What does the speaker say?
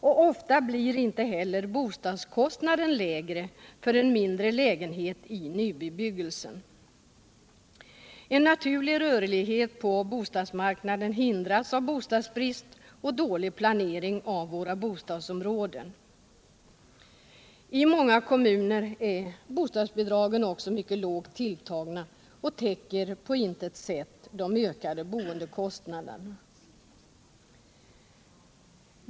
Och ofta blir inte heller bostadskostnaden lägre för en mindre lägenhet i nybebyggelse. En naturlig rörlighet på bostadsmarknaden hindras av bostadsbrist och dålig planering av våra bostadsområden. I många kommuner är också bostadsbidragen mycket lågt tilltagna och täcker på intet sätt de ökade bostadskostnaderna.